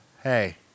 Hey